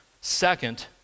second